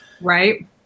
Right